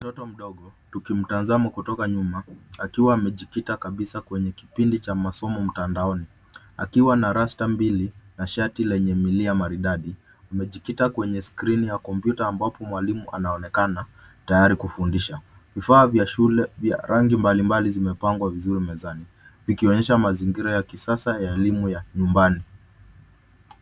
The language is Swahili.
Mtoto mdogo tukimtazama kutoka nyuma. Akiwa amejikita kabisa kwenye kipindi cha masdomo mtandaoni. Akiwa na rasta mbili na shati lenye milia maridadi. Amejikita kwenye skrini ya kompyuta ambapo mwalimu anaonekana tayari kufundisha. Vifaa vya shule vya rangi mbalimbali zimepangwa vizuri mezani vikionyesha mazingira ya kisasa ya elimu ya nyumbani.